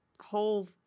whole